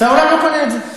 והעולם לא קונה את זה.